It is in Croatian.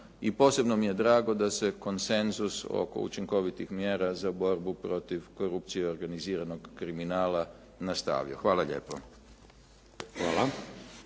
I posebno mi je drago da se konsenzus oko učinkovitih mjera za borbu protiv korupcije organiziranog kriminala nastavio. Hvala lijepo.